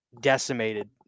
decimated